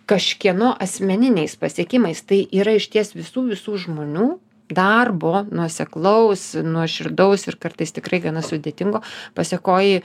kažkieno asmeniniais pasiekimais tai yra išties visų visų žmonių darbo nuoseklaus nuoširdaus ir kartais tikrai gana sudėtingo pasekoj